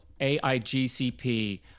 AIGCP